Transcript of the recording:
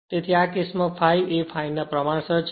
તેથી આ કેસ માં ∅ એ ∅ ના પ્રમાણસર છે